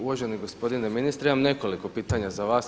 Uvaženi gospodine ministre, imam nekoliko pitanja za vas.